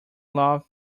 love